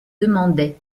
demandaient